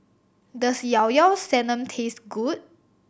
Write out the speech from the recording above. does Llao Llao Sanum taste good